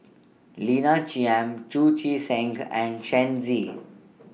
Lina Chiam Chu Chee Seng and Shen Z